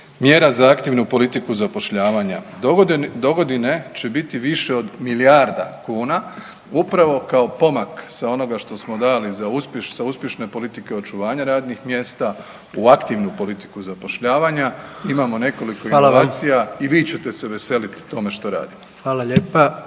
mjera za aktivnu politiku zapošljavanja, dogodine će biti više od milijarda kuna upravo kao pomak sa onoga što smo dali sa uspješne politike očuvanja radnih mjesta u aktivnu politiku zapošljavanija …/Upadica predsjednik: Hvala vam./… imamo nekoliko informacija i vi ćete se veselit tome što radimo. **Jandroković,